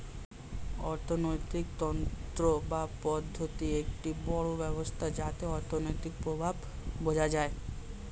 অর্থিনীতি তন্ত্র বা পদ্ধতি একটি বড় ব্যবস্থা যাতে অর্থনীতির প্রভাব বোঝা যায়